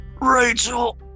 Rachel